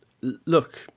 Look